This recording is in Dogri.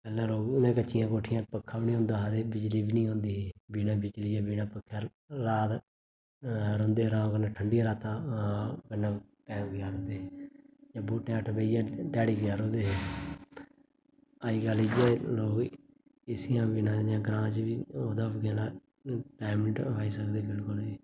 पैह्लें लोक उनें कच्चियें कोठियां पक्खा बी नि होंदा हा ते बिजली बी निं होंदी ही बिना बिजलियै बिना पक्खै रात रौंह्दे हे अराम कन्नै ठंडियां रातां कन्नै टैम गजारदे हे ते बहूटें हेठ बेहियै ध्याड़ी गजारी ओड़दे हे अज्ज कल इयै लोग एसियै बिना जां ग्रांऽ च बी ओह्दे बिना टैम निं टपाई सकदे बिल्कुल बी